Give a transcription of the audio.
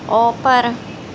اوپر